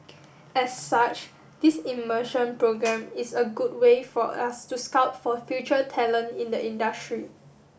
as such this immersion programme is a good way for us to scout for future talent in the industry